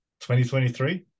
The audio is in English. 2023